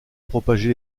propager